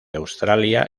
australia